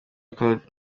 claude